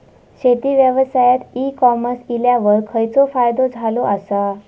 शेती व्यवसायात e commerce इल्यावर खयचो फायदो झालो आसा?